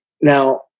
Now